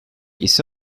ise